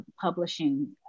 publishing